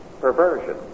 perversion